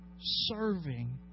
serving